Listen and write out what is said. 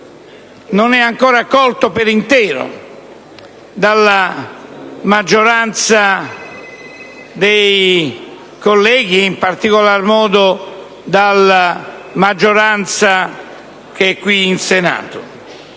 non è ancora colto per intero dalla maggioranza dei colleghi, in particolar modo dalla maggioranza che siede qui in Senato.